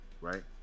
right